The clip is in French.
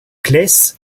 claës